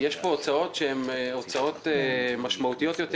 יש פה הוצאות משמעותיות יותר.